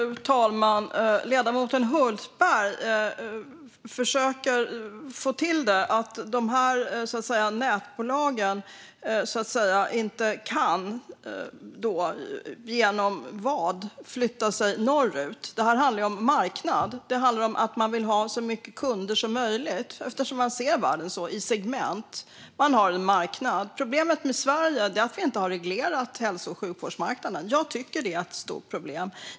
Fru talman! Ledamoten Hultberg försöker få det till att de här digitala nätbolagen inte kan flytta norrut. På grund av vad? Det handlar ju om marknad. Det handlar om att man vill ha så många kunder som möjligt eftersom man ser världen så, i segment. Man har en marknad. Problemet med Sverige är att vi inte har reglerat hälso och sjukvårdsmarknaden. Jag tycker att det är ett stort problem.